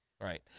Right